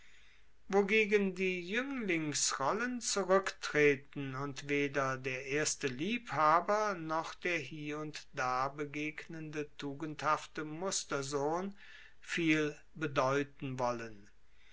wogegen die juenglingsrollen zuruecktreten und weder der erste liebhaber noch der hie und da begegnende tugendhafte mustersohn viel bedeuten wollen